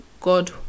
God